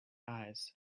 eyes